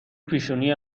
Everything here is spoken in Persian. پیشونی